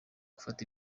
gufata